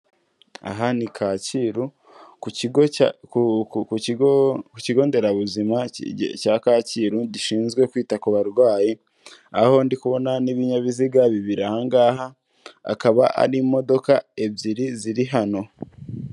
Aha ni Kacyiru ku kigo nderabuzima cya Kacyiru gishinzwe kwita ku barwayi, aho ndi kubona n'ibinyabiziga bibiri aha ngaha akaba ari imodoka ebyiri ziri hano.